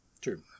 True